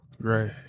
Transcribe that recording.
Right